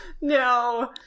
No